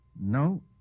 No